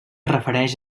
refereix